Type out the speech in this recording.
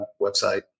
website